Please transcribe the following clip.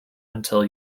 until